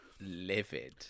Livid